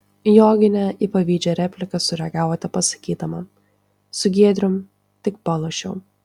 joginė į pavydžią repliką sureagavo tepasakydama su giedrium tik palošiau